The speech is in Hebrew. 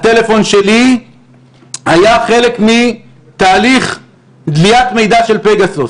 הטלפון שלי היה חלק מתהליך דליית מידע של פגסוס